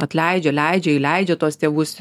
atleidžia leidžia įleidžia tuos tėvus